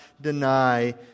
deny